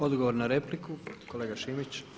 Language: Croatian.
Odgovor na repliku, kolega Šimić.